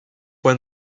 when